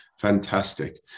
fantastic